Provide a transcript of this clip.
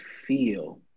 feel